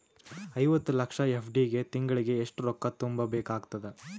ಐವತ್ತು ಲಕ್ಷ ಎಫ್.ಡಿ ಗೆ ತಿಂಗಳಿಗೆ ಎಷ್ಟು ರೊಕ್ಕ ತುಂಬಾ ಬೇಕಾಗತದ?